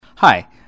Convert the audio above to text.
Hi